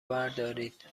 بردارید